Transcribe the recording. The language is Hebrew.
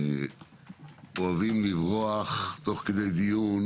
אוהבים לברוח תוך כדי דיון